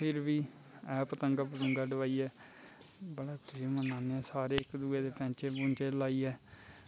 फिर बी पतंगा डोआइयै बड़ा त्यहार मनाने आं सारे इक दूए दे पैंचे पुंचे पाइयै